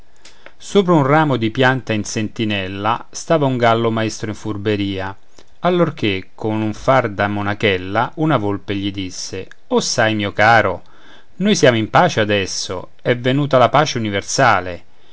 sopra un ramo di pianta in sentinella stava un gallo maestro in furberia allor che con un far da monachella una volpe gli disse o sai mio caro noi siamo in pace adesso è venuta la pace universale